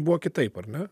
buvo kitaip ar ne